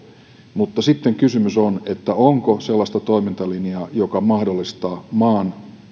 mutta sitten on se kysymys onko sellaista toimintalinjaa joka mahdollistaa maan